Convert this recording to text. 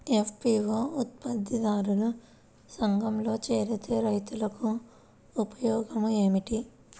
FPO ఉత్పత్తి దారుల సంఘములో చేరితే రైతులకు ఉపయోగము ఏమిటి?